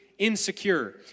Insecure